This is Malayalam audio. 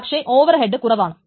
പക്ഷേ ഓവർഹെഡ് കുറവാണ്